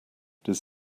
does